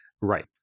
right